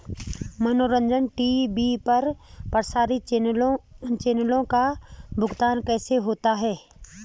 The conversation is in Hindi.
मनोरंजन टी.वी पर प्रसारित चैनलों का भुगतान कैसे होता है?